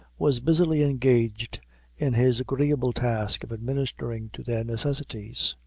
was busily engaged in his agreeable task of administering to their necessities.